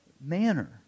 manner